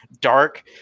dark